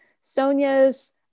Sonia's